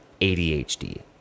ADHD